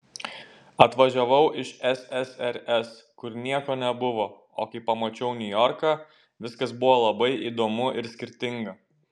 atvažiavau iš ssrs kur nieko nebuvo o kai pamačiau niujorką viskas buvo labai įdomu ir skirtinga